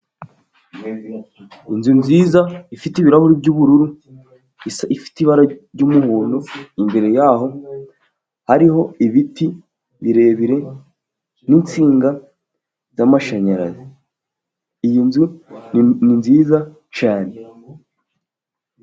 Inzu nziza ifite ibirahuri by'bururu, isa ifite ibara ry'umuhondo, imbere y'aho hariho ibiti birebire n'insinga by'amashanyarazi, iyi nzu ni nziza cyane.